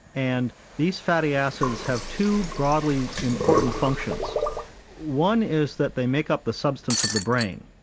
and these fatty acids have two broadly important functions one is that they make up the substance of the brain.